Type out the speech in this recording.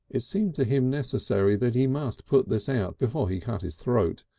it seemed to him necessary that he must put this out before he cut his throat.